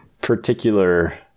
particular